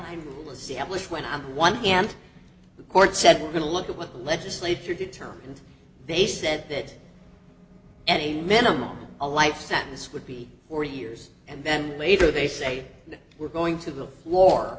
which went on one and the courts said we're going to look at what the legislature determined they said that any minimum a life sentence would be four years and then later they say we're going to war